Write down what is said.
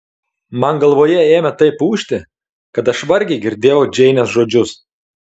man galvoje ėmė taip ūžti kad aš vargiai girdėjau džeinės žodžius